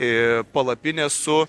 į palapinė su